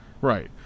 right